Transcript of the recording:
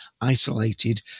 isolated